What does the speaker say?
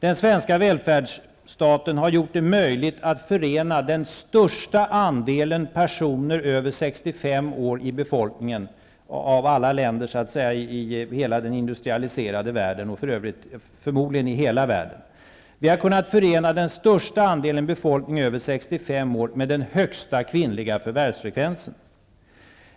Av alla länder i hela den industrialiserade världen, förmodligen i hela världen, har den svenska välfärdsstaten gjort det möjligt att förena den största andelen personer i befolkningen över 65 år med den högsta kvinnliga förvärvsfrekvensen.